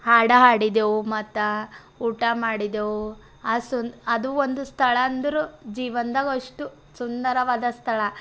ಹಾಡು ಹಾಡಿದ್ದೆವು ಮತ್ತೆ ಊಟ ಮಾಡಿದ್ದೆವು ಆ ಸು ಅದು ಒಂದು ಸ್ಥಳಂದ್ರು ಜೀವನದಾಗೆ ಅಷ್ಟು ಸುಂದರವಾದ ಸ್ಥಳ